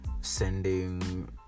sending